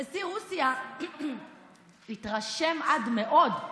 נשיא רוסיה התרשם עד מאוד,